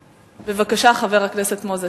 בבקשה, חבר הכנסת מוזס.